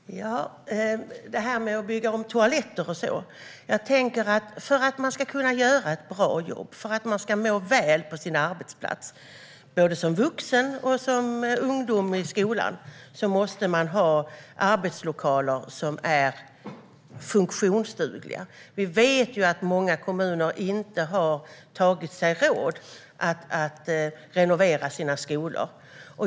Herr talman! När det gäller frågan om att bygga om toaletter måste man, både som vuxen och som ungdom i skolan, för att kunna göra ett bra jobb och må väl på sin arbetsplats ha arbetslokaler som är funktionsdugliga. Vi vet ju att många kommuner inte har tagit sig råd att renovera sina skolor.